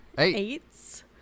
Eights